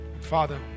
Father